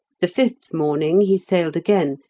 the fifth morning he sailed again,